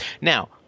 Now